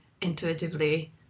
intuitively